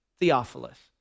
Theophilus